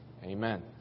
Amen